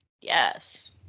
Yes